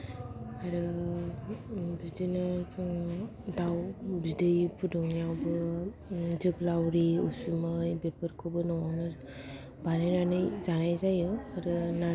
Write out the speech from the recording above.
आरो बिदिनो जों दाउ बिदै फुदुं नायावबो जोग्लावरि उसुमै बेफोरखौबो न'आवनो बानायनानै जानाय जायो आरो नार्जि